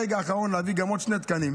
ברגע האחרון להביא גם עוד שני תקנים